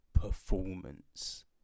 performance